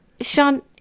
Sean